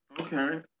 okay